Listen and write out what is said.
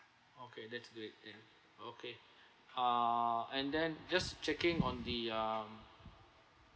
okay that's great and okay ah and then just checking on the um